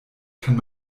kann